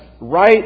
right